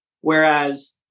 Whereas